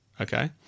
Okay